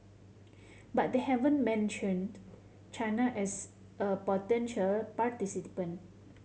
but they haven't mentioned China as a potential participant